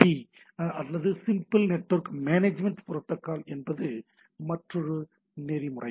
B அல்லது simple network management protocol என்று மற்றொரு நெறிமுறை